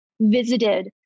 visited